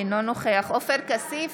אינו נוכח עופר כסיף,